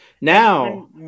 Now